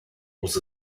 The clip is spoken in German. muss